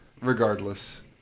regardless